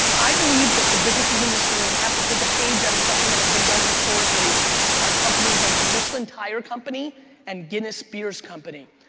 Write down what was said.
i believe that the businesses in this room have to take a page out of something that has been done historically by companies like the michelin tire company and guinness beers company.